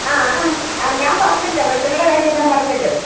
ആ ആ ആ ആ ഞാൻ പറഞ്ഞല്ലൊ വെളിച്ചെണ്ണയുടെ കാര്യമെല്ലാം പറഞ്ഞല്ലൊ